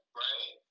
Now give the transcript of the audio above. right